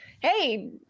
Hey